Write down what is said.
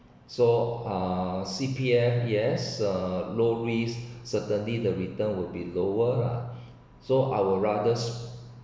so uh C_P_F yes uh low risk certainly the return would be lower lah so I would rather s~